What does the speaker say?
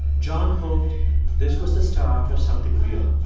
john hoped this was the start of something real.